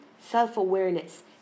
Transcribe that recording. self-awareness